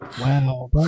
Wow